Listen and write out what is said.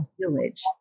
village